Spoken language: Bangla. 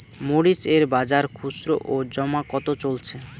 মরিচ এর বাজার খুচরো ও জমা কত চলছে?